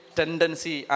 tendency